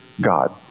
God